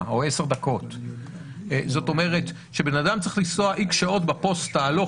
או עשר דקות כלומר שאדם צריך לנסוע X שעות בפוסטה הלוך